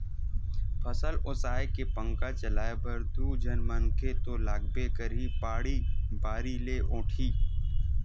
फसल ओसाए के पंखा चलाए बर दू झन मनखे तो लागबेच करही, बाड़ी बारी ले ओटही